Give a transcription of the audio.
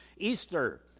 Easter